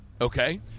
Okay